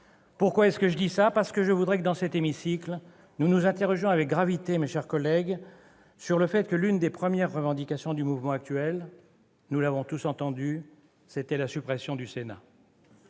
Pourquoi est-ce que je dis ça ? Parce que je voudrais que, dans cet hémicycle, nous nous interrogions avec gravité, mes chers collègues, sur le fait que l'une des premières revendications du mouvement actuel, nous l'avons tous entendue, était la suppression du Sénat.